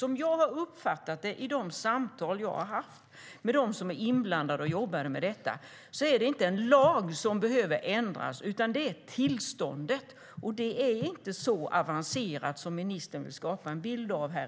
Som jag har uppfattat det i de samtal jag har haft med dem som är inblandade och jobbar med detta är det inte en lag som behöver ändras, utan det handlar om tillståndet. Det är inte så avancerat som ministern vill ge bilden av här.